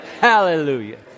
Hallelujah